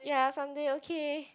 ya Sunday okay